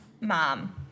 mom